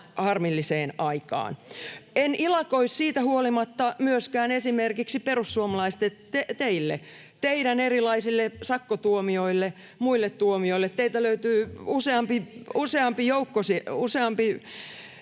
harmilliseen aikaan. En ilakoi siitä huolimatta myöskään esimerkiksi, perussuomalaiset, teille, teidän erilaisille sakkotuomioille, muille tuomioille. [Leena Meri: Mites